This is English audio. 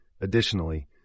Additionally